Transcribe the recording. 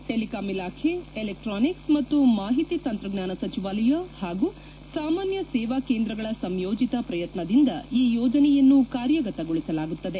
telecom ಇಲಾಖೆ electronics ಮತ್ತು ಮಾಹಿತಿ ತಂತ್ರಜ್ಞಾನ ಸಚಿವಾಲಯ ಹಾಗೂ ಸಾಮಾನ್ಯ ಸೇವಾ ಕೇಂದ್ರಗಳ ಸಂಯೋಜಿತ ಪ್ರಯತ್ನದಿಂದ ಈ ಯೋಜನೆಯನ್ನು ಕಾರ್ಯಗತಗೊಳಿಸಲಾಗುತ್ತದೆ